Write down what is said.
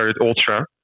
Ultra